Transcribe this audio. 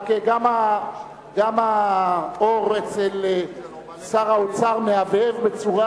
רק גם האור אצל שר האוצר מהבהב בצורה